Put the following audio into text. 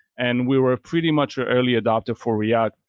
and we were pretty much an early adapter for react.